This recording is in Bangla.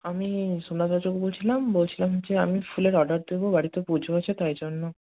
আমি বলছিলাম বলছিলাম যে আমি ফুলের অর্ডার দেবো বাড়িতে পুজো আছে তাই জন্য